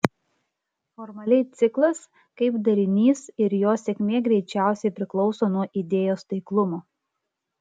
formaliai ciklas kaip darinys ir jo sėkmė greičiausiai priklauso nuo idėjos taiklumo